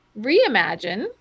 reimagine